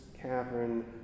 cavern